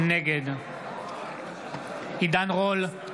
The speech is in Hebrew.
נגד עידן רול,